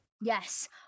yes